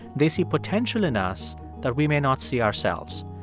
they see potential in us that we may not see ourselves.